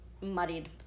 muddied